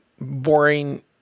Boring